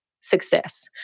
success